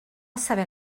saber